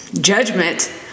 judgment